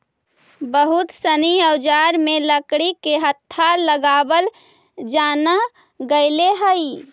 बहुत सनी औजार में लकड़ी के हत्था लगावल जानए लगले हई